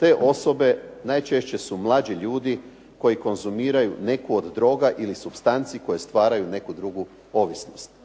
te osobe najčešće su mlađi ljudi koji konzumiraju neku od droga ili supstanci koje stvaraju neku drugu ovisnost.